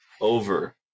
over